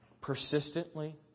persistently